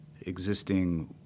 existing